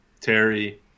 Terry